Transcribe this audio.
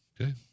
Okay